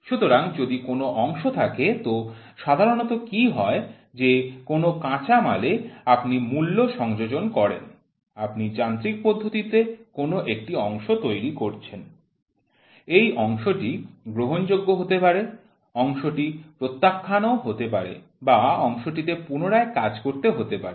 সুতরাং যদি কোন অংশ থাকে তো সাধারণত কি হয় যে কোন কাঁচামালে আপনি মূল্য সংযোজন করেন আপনি যান্ত্রিক পদ্ধতিতে কোন একটি অংশ তৈরি করছেন এই অংশটি গ্রহণযোগ্য হতে পারে অংশটি প্রত্যাখ্যাত ও হতে পারে বা অংশটিতে পুনরায় কাজ করতে হতে পারে